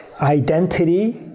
identity